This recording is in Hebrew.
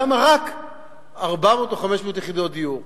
למה רק 400 או 500 יחידות דיור?